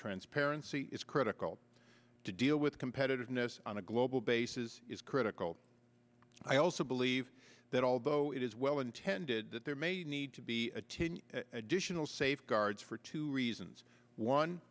transparency is critical to deal with competitiveness on a global basis is critical i also believe that although it is well intended that there may need to be a to additional safeguards for two reasons one